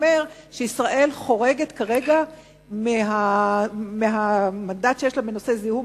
שאומר שישראל חורגת כרגע מהמנדט שיש לה בנושא זיהום